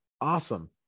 Awesome